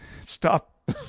Stop